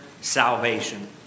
salvation